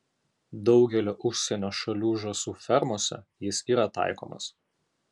daugelio užsienio šalių žąsų fermose jis yra taikomas